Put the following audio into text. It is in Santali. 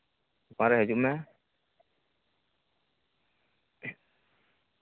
ᱫᱚᱠᱟᱱ ᱨᱮ ᱦᱤᱡᱩᱜ ᱢᱮ